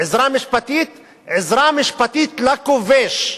"עזרה משפטית" עזרה משפטית לכובש,